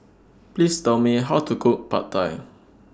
Please Tell Me How to Cook Pad Thai